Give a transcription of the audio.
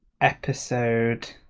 episode